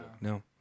no